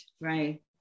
right